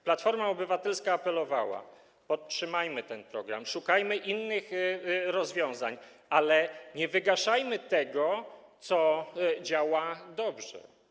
Platforma Obywatelska apelowała: Podtrzymajmy ten program, szukajmy innych rozwiązań, ale nie wygaszajmy tego, co działa dobrze.